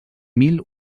mil